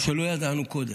מה שלא ידענו קודם,